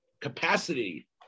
capacity